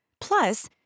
Plus